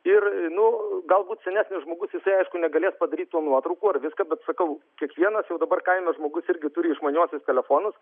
ir nu galbūt senesnis žmogus jisai aišku negalės padaryt tų nuotraukų ar viską bet sakau kiekvienas jau dabar kaime žmogus irgi turi išmaniuosius telefonus